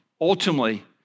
ultimately